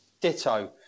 Ditto